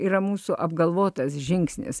yra mūsų apgalvotas žingsnis